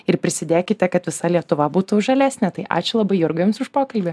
ir prisidėkite kad visa lietuva būtų žalesnė tai ačiū labai jurga jums už pokalbį